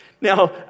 Now